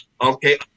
okay